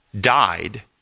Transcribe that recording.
died